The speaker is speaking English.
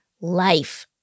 life